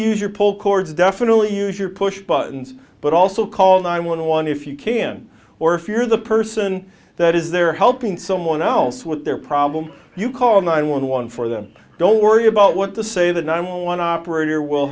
use your pull cords definitely use your push buttons but also called nine one one if you can or if you're the person that is there helping someone else with their problem you call nine one one for them don't worry about what to say than i'm on operator will